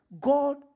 God